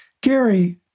Gary